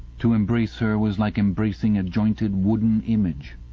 to embrace her was like embracing a jointed wooden image.